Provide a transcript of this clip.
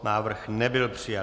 Návrh nebyl přijat.